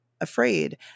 afraid